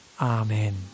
Amen